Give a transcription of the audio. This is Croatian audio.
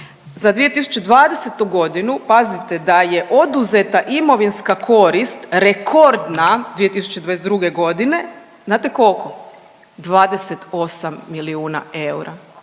za 2020. godinu pazite da je oduzeta imovinska korist rekordna 2022. godine, znate koliko 28 milijuna eura.